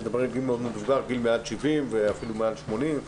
מעל גיל 70 או 80,